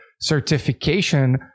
certification